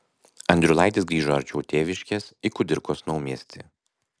andriulaitis grįžo arčiau tėviškės į kudirkos naumiestį